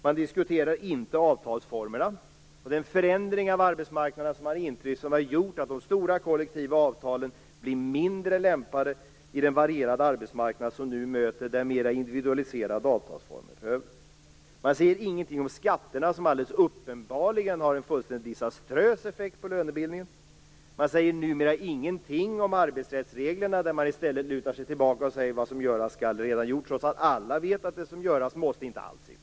Man diskuterar inte avtalsformerna och inte heller den förändring av arbetsmarknaden som har inneburit att de stora kollektiva avtalen blivit mindre lämpade i den varierande arbetsmarknad som nu möter oss, där mer individualiserade avtalsformen behövs. Man säger ingenting om skatterna, som alldeles uppenbarligen har en fullständigt disaströs effekt på lönebildningen. Man säger numera ingenting om arbetsrättsreglerna, där man i stället lutar sig tillbaka och säger att vad som göras skall redan är gjort - trots att alla vet att det som göras måste inte alls är gjort.